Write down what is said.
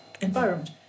environment